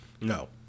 No